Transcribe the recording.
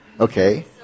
Okay